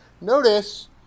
Notice